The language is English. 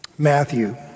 Matthew